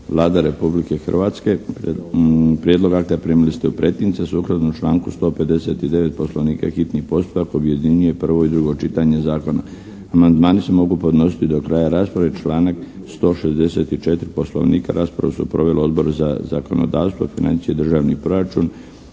Vlada Republike Hrvatske. Prijedlog akta primili ste u pretince. Sukladno članku 159. Poslovnika hitni postupak objedinjuje prvo i drugo čitanje zakona. Amandmani se mogu podnositi do kraja rasprave. Članak 164. Poslovnika raspravu su proveli Odbori za zakonodavstvo, financije, državni proračun,